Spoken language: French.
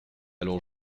alors